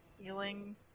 Healing